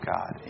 God